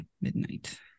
Midnight